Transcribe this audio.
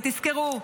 ותזכרו,